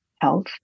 health